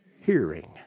Hearing